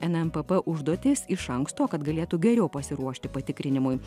nmpp užduotis iš anksto kad galėtų geriau pasiruošti patikrinimui